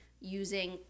using